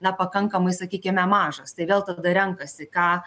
na pakankamai sakykime mažas tai vėl tada renkasi ką